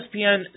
ESPN